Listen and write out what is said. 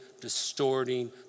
distorting